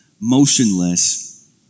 motionless